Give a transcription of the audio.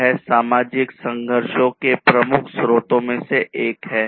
यह सामाजिक संघर्षों के प्रमुख स्रोतों में से एक है